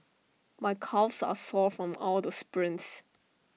my calves are sore from all the sprints